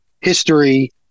history